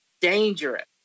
dangerous